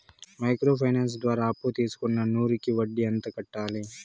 Micro finance ద్వారా అప్పును తీసుకున్న నూరు కి వడ్డీ ఎంత కట్టాలి?